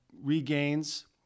regains